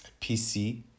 pc